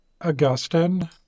Augustine